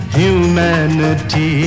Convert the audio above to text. humanity